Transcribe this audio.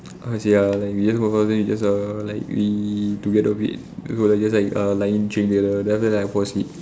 how to say ah like we we just err like we together a bit before we just like err lying in the bed then after that I fall asleep